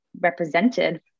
represented